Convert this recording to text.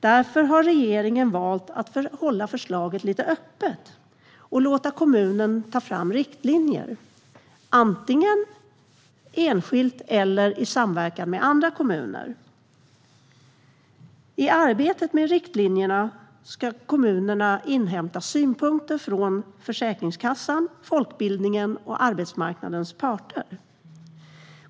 Därför har regeringen valt att hålla förslaget lite öppet och låta kommunerna ta fram riktlinjer, antingen enskilt eller i samverkan med andra kommuner. I arbetet med riktlinjerna ska kommunerna inhämta synpunkter från Försäkringskassan, folkbildningen och arbetsmarknadens parter.